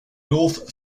north